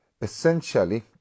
Essentially